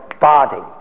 body